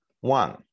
one